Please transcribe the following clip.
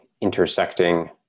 intersecting